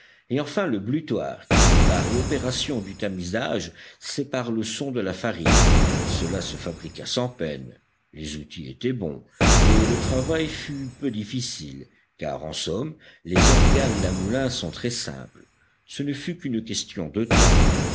et enfin le blutoir qui par l'opération du tamisage sépare le son de la farine cela se fabriqua sans peine les outils étaient bons et le travail fut peu difficile car en somme les organes d'un moulin sont très simples ce ne fut qu'une question de temps